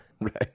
Right